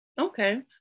Okay